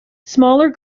smaller